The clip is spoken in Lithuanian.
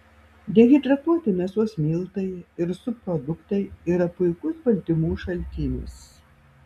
dehidratuoti mėsos miltai ir subproduktai yra puikus baltymų šaltinis